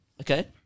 okay